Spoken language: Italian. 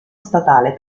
statale